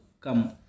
come